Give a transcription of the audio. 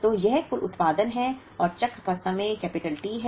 तो यह कुल उत्पादन है और चक्र का समय T है